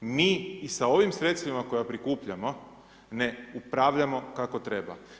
Mi i sa ovim sredstvima koja prikupljamo, ne upravljamo kako treba.